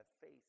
faith